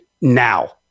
now